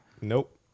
Nope